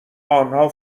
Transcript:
آنها